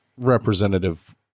representative